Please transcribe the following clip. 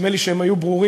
נדמה לי שהם היו ברורים,